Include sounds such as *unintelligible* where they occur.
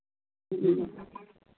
*unintelligible*